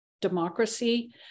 democracy